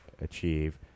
achieve